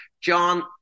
John